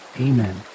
Amen